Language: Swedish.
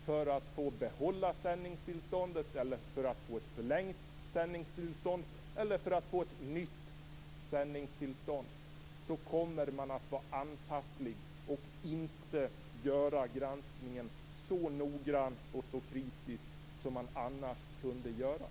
För att man skall få behålla sändningstillståndet, för att man skall få det förlängt eller för att få ett nytt sändningstillstånd kommer man att vara anpasslig och inte göra granskningen så noggrant och så kritiskt som man annars skulle göra.